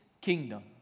kingdom